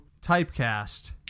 Typecast